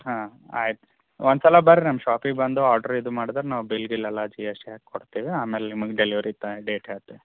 ಹಾಂ ಆಯ್ತು ರೀ ಒಂದು ಸಲ ಬನ್ರಿ ನಮ್ಮ ಶಾಪಿಗೆ ಬಂದು ಆಡ್ರ್ ಇದು ಮಾಡಿದ್ರೆ ನಾವು ಬಿಲ್ ಗಿಲ್ ಎಲ್ಲ ಜಿ ಎಸ್ ಟಿ ಹಾಕಿ ಕೊಡ್ತೇವೆ ಆಮೇಲೆ ನಿಮ್ಗೆ ಡೆಲಿವರಿ ಟೈ ಡೇಟ್ ಹೇಳ್ತೆ